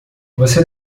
você